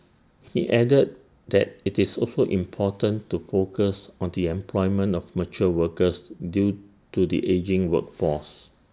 he added that IT is also important to focus on the employment of mature workers due to the ageing workforce